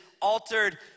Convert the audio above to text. Altered